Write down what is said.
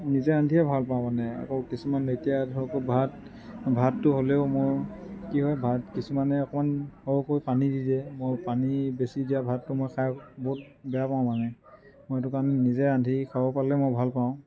নিজে ৰান্ধিয়ে ভাল পাওঁ মানে আকৌ কিছুমান এতিয়া ধৰক ভাত ভাতটো হ'লেও মই কি হয় ভাত কিছুমানে অকণমান সৰহকৈ পানী দি দিয়ে মই পানী বেছি দিয়া ভাতটো মই খাই বহুত বেয়া পাওঁ মানে মই সেইটো কাৰণে নিজে ৰান্ধি খাব পালে মই ভাল পাওঁ